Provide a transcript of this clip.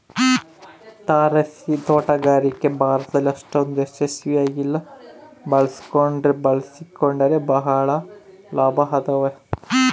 ತಾರಸಿತೋಟಗಾರಿಕೆ ಭಾರತದಲ್ಲಿ ಅಷ್ಟೊಂದು ಯಶಸ್ವಿ ಆಗಿಲ್ಲ ಬಳಸಿಕೊಂಡ್ರೆ ಬಳಸಿಕೊಂಡರೆ ಬಹಳ ಲಾಭ ಅದಾವ